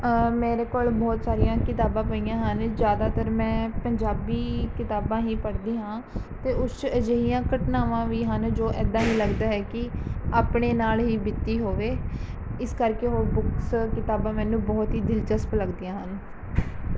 ਮੇਰੇ ਕੋਲ ਬਹੁਤ ਸਾਰੀਆਂ ਕਿਤਾਬਾਂ ਪਈਆਂ ਹਨ ਜ਼ਿਆਦਾਤਰ ਮੈਂ ਪੰਜਾਬੀ ਕਿਤਾਬਾਂ ਹੀ ਪੜ੍ਹਦੀ ਹਾਂ ਅਤੇ ਉਸ 'ਚ ਅਜਿਹੀਆਂ ਘਟਨਾਵਾਂ ਵੀ ਹਨ ਜੋ ਐਦਾਂ ਹੀ ਲੱਗਦਾ ਹੈ ਕਿ ਆਪਣੇ ਨਾਲ਼ ਹੀ ਬੀਤੀ ਹੋਵੇ ਇਸ ਕਰਕੇ ਉਹ ਬੁੱਕਸ ਕਿਤਾਬਾਂ ਮੈਨੂੰ ਬਹੁਤ ਹੀ ਦਿਲਚਸਪ ਲੱਗਦੀਆਂ ਹਨ